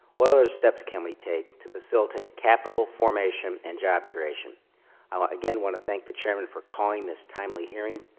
what other steps can we take to facilitate capital formation and job creation? i again want to thank the chairman for calling this timely hearing,